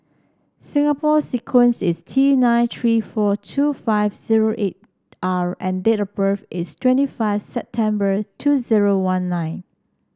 Singapore sequence is T nine three four two five zero eight R and date of birth is twenty five September two zero one nine